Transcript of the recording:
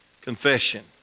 confession